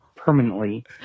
permanently